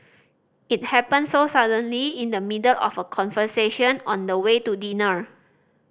it happened so suddenly in the middle of a conversation on the way to dinner